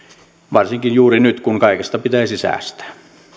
varsinkaan juuri nyt kun kaikesta pitäisi säästää